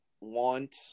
want